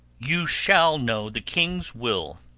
you shall know the king's will.